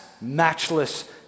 matchless